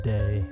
Day